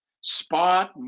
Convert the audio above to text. spot